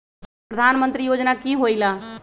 प्रधान मंत्री योजना कि होईला?